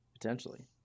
Potentially